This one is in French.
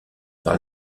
par